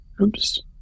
Oops